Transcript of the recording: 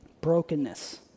brokenness